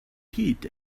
heat